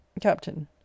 Captain